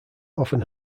often